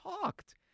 talked